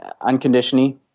unconditionally